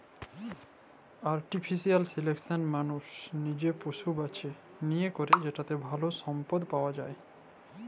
artificial selection মালুস লিজে পশু বাছে লিয়ে ক্যরে যেটতে ভাল সম্পদ পাউয়া যায়